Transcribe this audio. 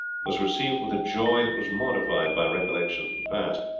was received with a joy that was modified by recollections of the past.